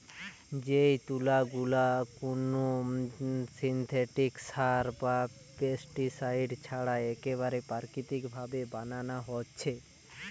যেই তুলা গুলা কুনো সিনথেটিক সার বা পেস্টিসাইড ছাড়া একেবারে প্রাকৃতিক ভাবে বানানা হচ্ছে